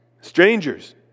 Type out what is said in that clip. strangers